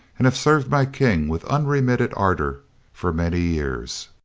and have served my king with unremitted ardour for many years.